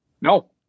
No